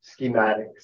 schematics